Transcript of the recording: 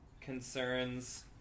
concerns